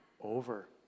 Over